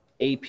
AP